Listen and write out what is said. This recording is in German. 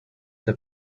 der